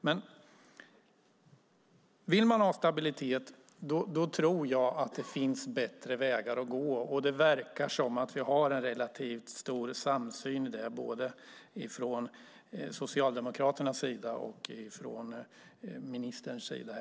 Men vill man ha stabilitet tror jag att det finns bättre vägar att gå, och det verkar som om vi har en relativt stor samsyn om detta både från Socialdemokraternas sida och från ministerns sida.